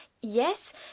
yes